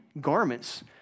garments